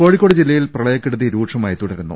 കോഴിക്കോട് ജില്ലയിൽ പ്രളയക്കെടുതി രൂക്ഷമായി തുടരുന്നു